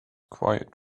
quiet